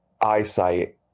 eyesight